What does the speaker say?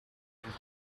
homme